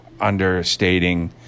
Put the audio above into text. understating